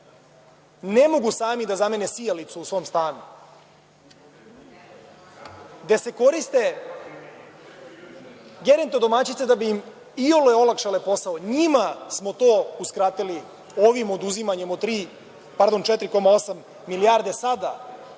ne mogu sami da zamene sijalice u svom stanu, gde se koriste gerontodomaćice da bi im iole olakšale posao – njima smo to uskratili ovim oduzimanjem 4,8 milijarde sada,